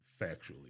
factually